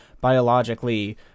biologically